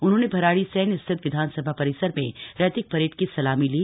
उन्होंने भराड़ीसैंण स्थित विधान सभा परिसर में रैतिक परेड की सलामी ली